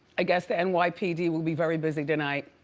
i guess the and nypd will be very busy tonight.